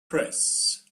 press